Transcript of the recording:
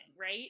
right